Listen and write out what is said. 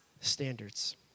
standards